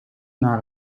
naar